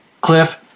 Cliff